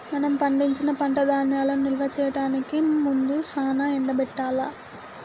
మనం పండించిన పంట ధాన్యాలను నిల్వ చేయడానికి ముందు సానా ఎండబెట్టాల్ల